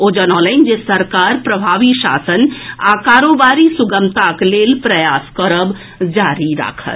ओ जनौलनि जे सरकार प्रभावी शासन आ कारोबारी सुगमताक लेल प्रयास करब जारी राखत